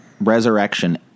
Resurrection